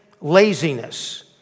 laziness